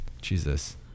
Jesus